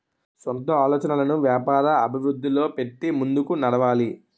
సొంత ఆలోచనలను వ్యాపార అభివృద్ధిలో పెట్టి ముందుకు నడవాలి